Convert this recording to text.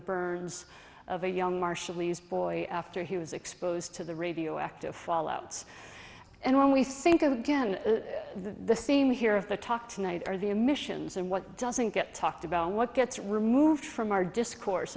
burns of a young marshallese boy after he was exposed to the radioactive fallout and when we think again the theme here of the talk tonight are the emissions and what doesn't get talked about what gets removed from our discourse